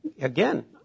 Again